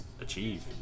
achieve